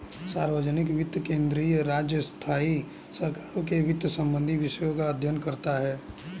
सार्वजनिक वित्त केंद्रीय, राज्य, स्थाई सरकारों के वित्त संबंधी विषयों का अध्ययन करता हैं